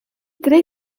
tre